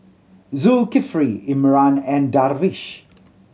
Zulkifli Imran and Darwish